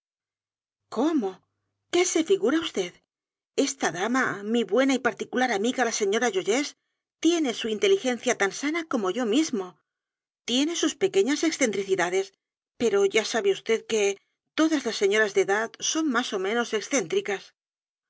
cómo qué se figura vd esta dama mi buena y particular amiga la señora joyeuse tiene su inteligencia tan sana como yo mismo tiene sus pequeñas excentricidades pero ya sabe vd que todas las señoras de edad son más ó menos excéntricas